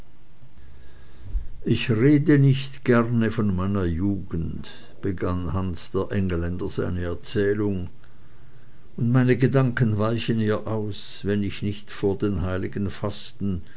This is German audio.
ich rede nicht gerne von meiner jugend begann hans der engelländer seine erzählung und meine gedanken weichen ihr aus wenn ich nicht vor den heiligen festen